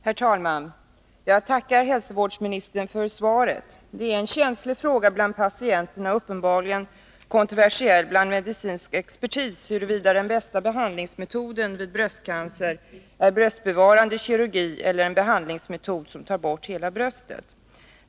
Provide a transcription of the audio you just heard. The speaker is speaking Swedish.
Herr talman! Jag tackar hälsovårdsministern för svaret. Det är en känslig fråga bland patienter och uppenbarligen en kontroversiell fråga bland medicinsk expertis huruvida den bästa behandlingsmetoden vid bröstcancer är bröstbevarande kirurgi eller en behandlingsmetod som tar bort hela bröstet.